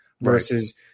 versus